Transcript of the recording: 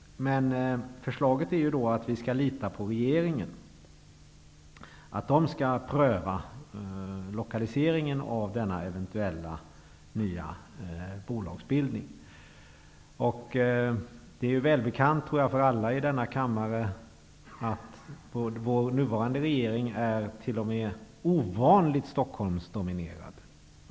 Förslaget går ut på att vi skall lita på regeringen, och att den skall pröva lokaliseringen av en eventuell ny bolagsbildning. Det torde vara välbekant för alla i denna kammare att vår nuvarande regering är ovanligt Stockholmsdominerad.